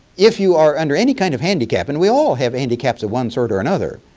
if you are under any kind of handicap and we all have handicaps of one sort or another.